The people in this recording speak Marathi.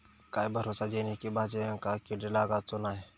काय करूचा जेणेकी भाजायेंका किडे लागाचे नाय?